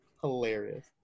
hilarious